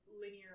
linear